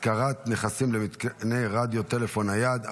השכרת נכסים למתקני רדיו טלפון נייד),